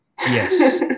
Yes